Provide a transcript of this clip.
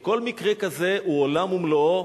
כי כל מקרה כזה הוא עולם ומלואו,